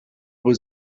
was